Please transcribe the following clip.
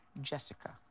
Jessica